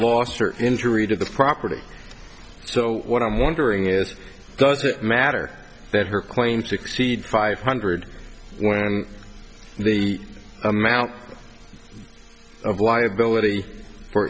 lost or injury to the property so what i'm wondering is does it matter that her claim to exceed five hundred when the amount of liability for